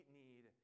need